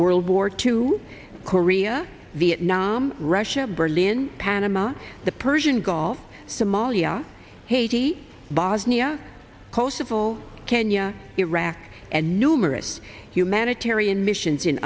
world war two korea vietnam russia berlin panama the persian gulf somalia haiti bosnia kosovo kenya iraq and numerous humanitarian missions in